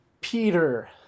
Peter